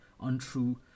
untrue